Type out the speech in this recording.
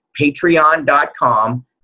patreon.com